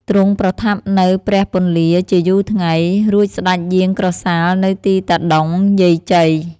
ទ្រង់ប្រថាប់នៅព្រះពន្លាជាយូរថ្ងៃ រួចស្ដេចយាងក្រសាលនៅទីតាដុង យាយជ័យ